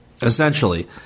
Essentially